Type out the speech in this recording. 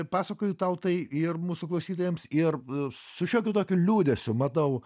pasakoju tau tai ir mūsų klausytojams ir su šiokiu tokiu liūdesiu matau